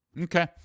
Okay